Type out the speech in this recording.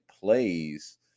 plays